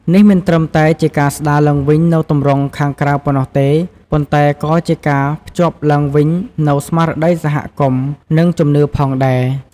នេះមិនត្រឹមតែជាការស្ដារឡើងវិញនូវទម្រង់ខាងក្រៅប៉ុណ្ណោះទេ ប៉ុន្តែក៏ជាការភ្ជាប់ឡើងវិញនូវស្មារតីសហគមន៍ និងជំនឿផងដែរ។